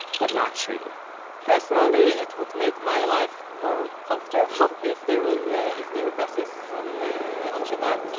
but not shelly personally, it would make my life more comfortable if there was, ah if there were buses on on shabbat.